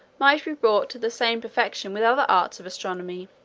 might be brought to the same perfection with other arts of astronomy.